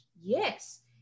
yes